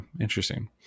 interesting